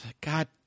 God